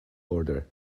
order